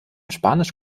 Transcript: spanisch